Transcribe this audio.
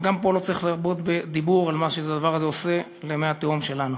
וגם פה לא צריך להרבות בדיבור על מה שהדבר הזה עושה למי התהום שלנו.